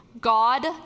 God